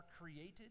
created